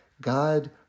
God